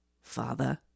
Father